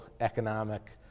economic